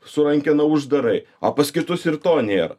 su rankena uždarai o pas kitus ir to nėra